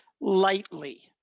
lightly